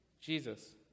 Jesus